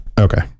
Okay